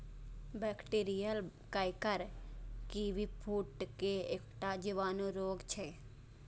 bacterial canker kiwi fruit के एकटा जीवाणु रोग छियै